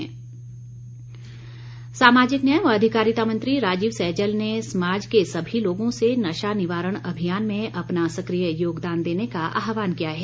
राजीव सैजल सामाजिक न्याय व अधिकारिता मंत्री राजीव सैजल ने समाज के सभी लोगों से नशा निवारण अभियान में अपना सक्रिय योगदान देने का आहवान किया है